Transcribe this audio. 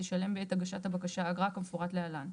ישלם בעת הגשת הבקשה אגרה כמפורט להלן: